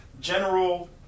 general